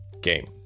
game